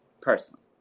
personally